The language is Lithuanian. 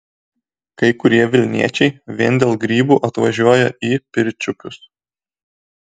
kai kurie vilniečiai vien dėl grybų atvažiuoja į pirčiupius